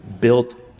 built